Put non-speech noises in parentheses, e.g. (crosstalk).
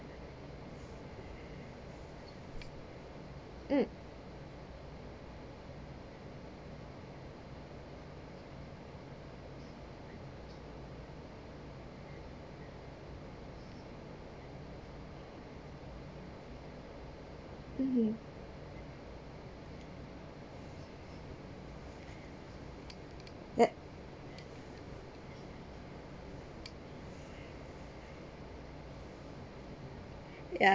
mmhmm (noise) ya